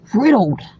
riddled